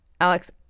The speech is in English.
Alex